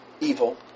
Evil